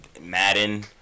Madden